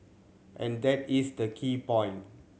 and that is the key point